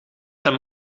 hem